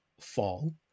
fall